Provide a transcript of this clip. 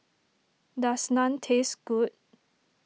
does Naan taste good